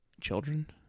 children